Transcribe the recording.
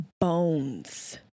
bones